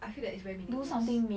I feel that it's very meaningless